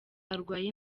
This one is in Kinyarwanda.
arwaye